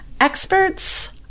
Experts